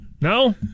No